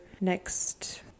next